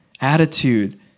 attitude